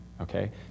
Okay